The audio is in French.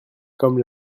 comme